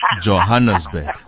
Johannesburg